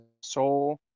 soul